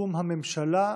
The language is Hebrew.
לסיכום הממשלה,